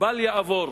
בל יעבור